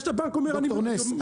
ד"ר נס,